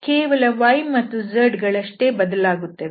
ಕೇವಲ y ಮತ್ತು z ಗಳಷ್ಟೇ ಬದಲಾಗುತ್ತವೆ